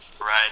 Right